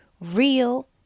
real